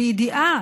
בידיעה